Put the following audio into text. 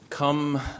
come